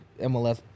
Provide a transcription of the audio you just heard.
MLS